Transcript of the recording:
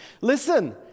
Listen